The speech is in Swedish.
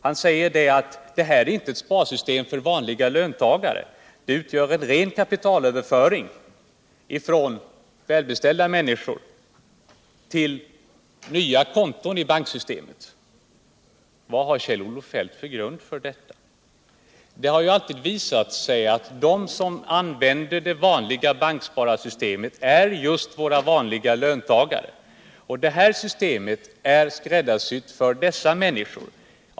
Han sade att det här inte är ett sparsystem för vanliga löntagare, det utgör en ren kapitalöverföring från välbeställda människor till nya konton i banksystemet. Vad har Kjell-Olof Feldt för grund för detta påstående? Det har ju alltid visat sig att de som använder detta bankspararsystem är just våra vanliga löntagare, och det här systemet är skräddarsytt för dessa människor.